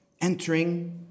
entering